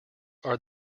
are